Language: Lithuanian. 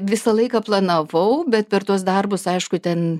visą laiką planavau bet per tuos darbus aišku ten